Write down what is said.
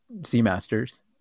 Seamasters